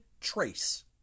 trace